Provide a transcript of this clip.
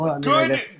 good